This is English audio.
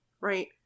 right